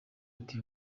ati